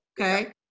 Okay